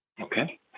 Okay